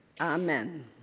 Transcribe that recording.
Amen